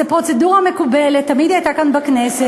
זו פרוצדורה מקובלת, היא תמיד הייתה כאן בכנסת.